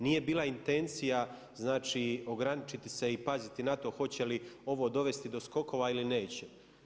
Nije bila intencija, znači ograničiti se i paziti na to hoće li ovo dovesti do skokova ili neće.